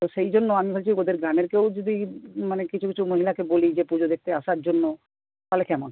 তো সেই জন্য আমি ভাবছি ওদের গ্রামের কেউ যদি মানে কিছু কিছু মহিলাকে বলি যে পুজো দেখতে আসার জন্য তাহলে কেমন হয়